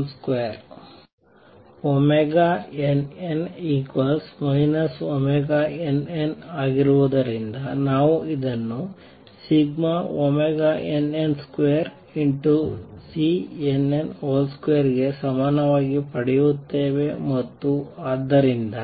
nn nn ಆಗಿರುವುದರಿಂದ ನಾವು ಇದನ್ನು ∑nn2|Cnn |2 ಗೆ ಸಮಾನವಾಗಿ ಪಡೆಯುತ್ತೇವೆ ಮತ್ತು ಆದ್ದರಿಂದ